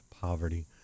poverty